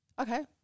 Okay